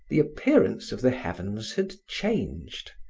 the appearance of the heavens had changed.